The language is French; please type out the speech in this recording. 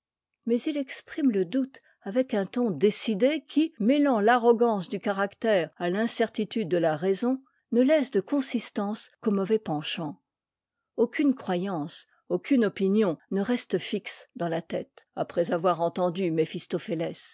mais il exprime le doute avec un ton décidé qui mêlant l'arrogance du caractère à l'incertitude de la raison ne laisse de consistance qu'aux mauvais penchants aucune croyance aucune opinion ne reste fixe dans la tête après avoir entendu